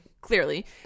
clearly